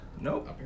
Nope